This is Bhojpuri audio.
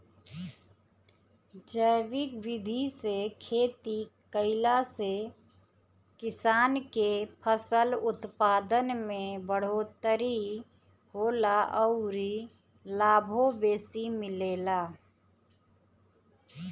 जैविक विधि से खेती कईला से किसान के फसल उत्पादन में बढ़ोतरी होला अउरी लाभो बेसी मिलेला